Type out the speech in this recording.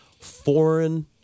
foreign